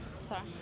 sorry